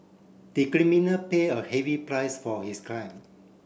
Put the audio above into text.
the criminal pay a heavy price for his crime